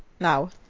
now